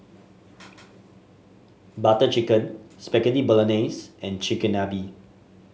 Butter Chicken Spaghetti Bolognese and Chigenabe